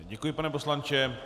Děkuji, pane poslanče.